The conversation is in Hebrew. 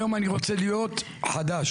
היום אני רוצה להיות חדש.